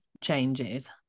changes